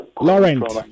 Laurent